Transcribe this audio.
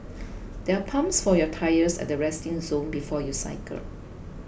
there are pumps for your tyres at the resting zone before you cycle